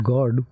God